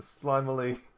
slimily